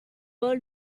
vol